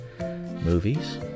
Movies